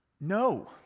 No